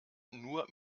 nur